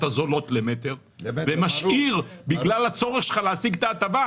הזולות למטר ומשאיר בגלל בצורך שלך להשיג את ההטבה,